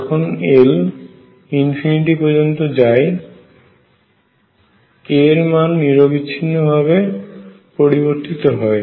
যখন L পর্যন্ত যায় k এর মান নিরবিচ্ছিন্ন ভাবে পরিবর্তিত হয়